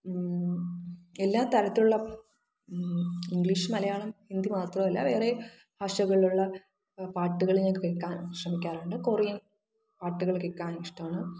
എല്ലാ തരത്തിലുള്ള ഇംഗ്ലീഷ് മലയാളം ഹിന്ദി മാത്രമല്ല വേറെ ഭാഷകളിലുള്ള പാട്ടുകൾ ഞാന് കേൾക്കാൻ ശ്രമിക്കാറുണ്ട് കൊറിയൻ പാട്ടുകൾ കേൾക്കാനിഷ്ടമാണ്